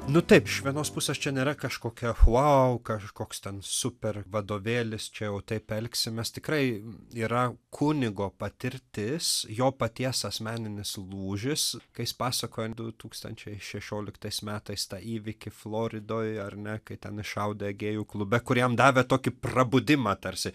nu taip iš vienos pusės čia nėra kažkokia vau kažkoks ten super vadovėlis čia jau taip elgsimės tikrai yra kunigo patirtis jo paties asmeninis lūžis kai jis pasakojo du tūkstančiai šešioliktais metais tą įvykį floridoj ar ne kai ten šaudė gėjų klube kur jam davė tokį prabudimą tarsi